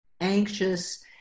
Anxious